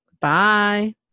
Bye